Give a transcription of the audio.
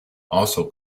also